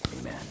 Amen